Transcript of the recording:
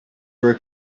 were